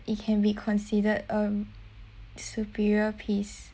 it can be considered um superior piece